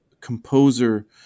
composer